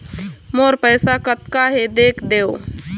मोर पैसा कतका हे देख देव?